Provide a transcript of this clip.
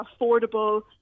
affordable